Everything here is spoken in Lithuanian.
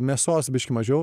mėsos biškį mažiau